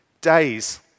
days